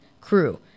crew